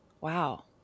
Wow